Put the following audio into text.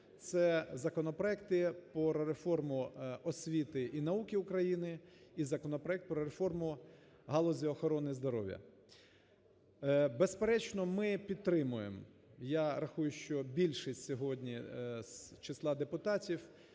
це законопроекти про реформу освіти і науки України і законопроект про реформу в галузі охорони здоров'я. Безперечно, ми підтримуємо. Я рахую, що більшість сьогодні з числа депутатів